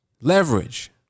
Leverage